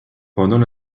pendant